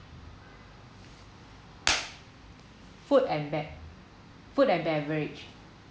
food and bev~ food and beverage